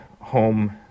home